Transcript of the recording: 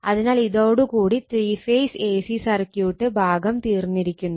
അതിനാൽ ഇതോട് കൂടി three phase A C circuit ഭാഗം തീർന്നിരിക്കുന്നു